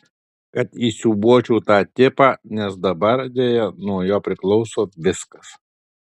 kad įsiūbuočiau tą tipą nes dabar deja nuo jo priklauso viskas